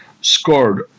scored